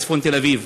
בצפון תל-אביב.